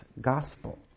gospel